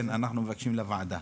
כן, אני מבקש לוועדה.